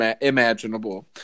imaginable